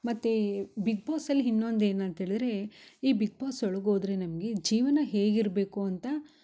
ಮತ್ತು ಬಿಗ್ ಬಾಸಲ್ಲಿ ಇನ್ನೊಂದು ಏನಂತೇಳಿದರೆ ಈ ಬಿಗ್ ಬಾಸ್ ಒಳ್ಗೋದರೆ ನಮಗೆ ಜೀವನ ಹೇಗಿರಬೇಕು ಅಂತ